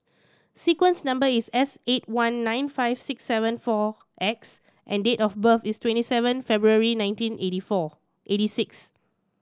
sequence number is S eight one nine five six seven four X and date of birth is twenty seven February nineteen eighty four eighty six